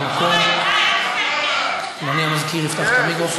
אורן, די, אל תקלקל.